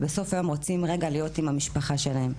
ובסוף היום הם רוצים רגע להיות עם המשפחה שלהם,